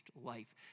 life